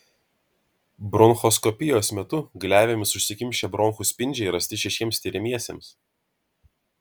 bronchoskopijos metu gleivėmis užsikimšę bronchų spindžiai rasti šešiems tiriamiesiems